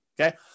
Okay